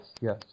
yes